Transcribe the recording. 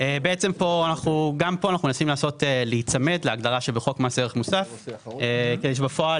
בעצם גם פה אנחנו מנסים להיצמד להגדרה שבחוק מס ערך מוסף כדי שבפועל